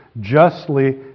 justly